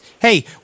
Hey